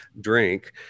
drink